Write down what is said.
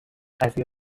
قضیه